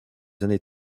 années